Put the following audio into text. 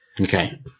Okay